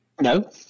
No